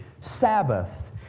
Sabbath